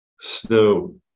Snow